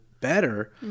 better